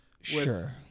Sure